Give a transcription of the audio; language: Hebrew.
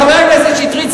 חבר הכנסת שטרית,